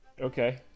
Okay